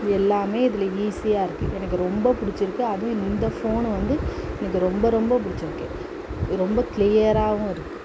இது எல்லாமே இதில் ஈஸியாக இருக்குது எனக்கு ரொம்ப பிடிச்சிருக்கு அதுவும் இந்த ஃபோனு வந்து எனக்கு ரொம்ப ரொம்ப பிடிச்சிருக்கு ரொம்ப க்ளியராகவும் இருக்குது